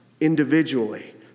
individually